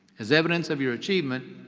as evidence of your achievement,